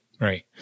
Right